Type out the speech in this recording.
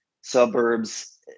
suburbs